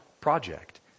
project